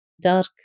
dark